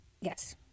Yes